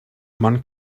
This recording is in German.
man